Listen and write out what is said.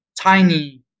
tiny